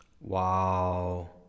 Wow